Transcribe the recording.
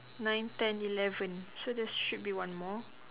nine ten eleven so there's should be one more